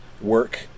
work